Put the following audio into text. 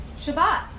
Shabbat